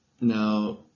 Now